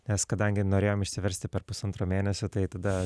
nes kadangi norėjom išsiversti per pusantro mėnesio tai tada